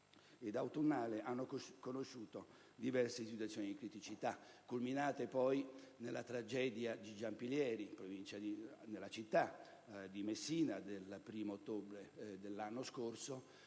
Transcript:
e autunnale, hanno conosciuto diverse situazioni di criticità, culminate nella tragedia di Giampilieri e della città di Messina del 1° ottobre dell'anno scorso